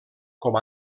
com